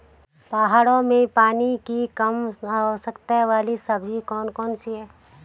पहाड़ों में पानी की कम आवश्यकता वाली सब्जी कौन कौन सी हैं?